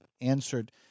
answered